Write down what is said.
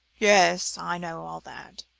yes, i know all that.